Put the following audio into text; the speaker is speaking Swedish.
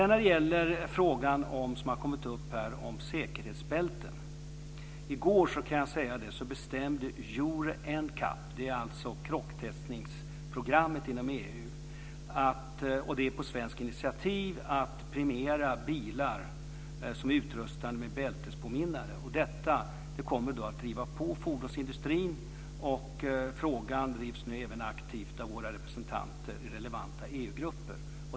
När det gäller frågan som har kommit upp här om säkerhetsbälten kan jag säga att EuroNCAP - krocktestningsprogrammet inom EU - på svenskt initiativ i går bestämde att premiera bilar som är utrustade med bältespåminnare. Detta kommer att driva på fordonsindustrin. Frågan drivs nu även aktivt av våra representanter i relevanta EU-grupper.